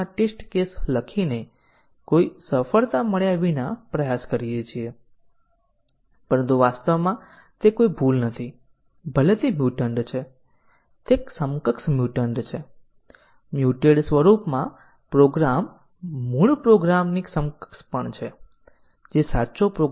testing કેસો વ્યાખ્યાયિત કરવામાં આવે છે અથવા વ્યાખ્યા અને વપરાશકર્તા વિશિષ્ટ વેરિયેબલના સ્થાનો શું છે તેના આધારે આપણે પ્રોગ્રામ દ્વારા પાથ વ્યાખ્યાયિત કરીએ છીએ